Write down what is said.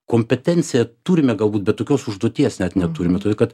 kompetenciją turime galbūt bet tokios užduoties net neturime todėl kad